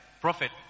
Prophet